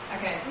Okay